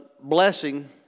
Blessing